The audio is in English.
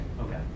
Okay